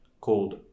called